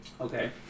Okay